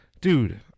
Dude